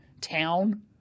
town